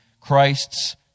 Christ's